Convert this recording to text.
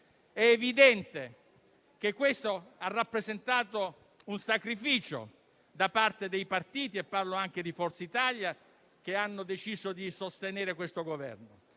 È evidente che ciò ha rappresentato un sacrificio da parte dei partiti, compresa Forza Italia, che hanno deciso di sostenere questo Governo.